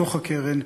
בתוך הקרן,